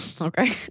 Okay